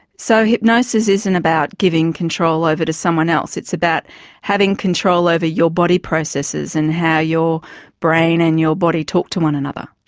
so hypnosis isn't about giving control over to someone else, it's about having control over your body processes and how your brain and your body talk to one another?